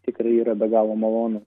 tikrai yra be galo malonu